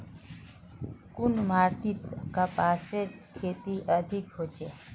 कुन माटित कपासेर खेती अधिक होचे?